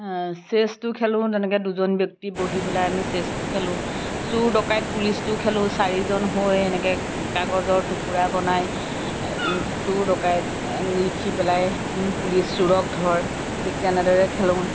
চেছটো খেলোঁ যেনেকৈ দুজন ব্যক্তি বহি পেলাই আমি চেছতো খেলোঁ চুৰ ডকাইত পুলিচটো খেলোঁ চাৰিজন হৈ এনেকৈ কাগজৰ টুকুৰা বনাই চুৰ ডকাইত লিখি পেলাই পুলিচ চুৰক ধৰ ঠিক তেনেদৰে খেলোঁ